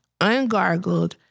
ungargled